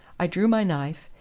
i drew my knife,